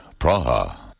Praha